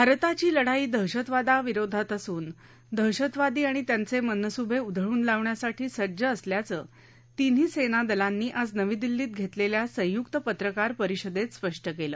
भारताची लढाई दहशतवादाविरोधात असून दहशतवादी आणि त्यांचे मनस्बे उधळून लावण्यासाठी सज्ज असल्याचं तिन्ही सेनादलांनी आज नवी दिल्लीत घेतलेल्या संयुक्त पत्रकार परिषदेत स्पष्ट केलं